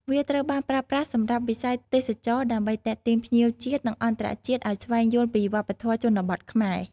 វាត្រូវបានប្រើប្រាស់សម្រាប់វិស័យទេសចរណ៍ដើម្បីទាក់ទាញភ្ញៀវជាតិ និងអន្តរជាតិឱ្យស្វែងយល់ពីវប្បធម៌ជនបទខ្មែរ ។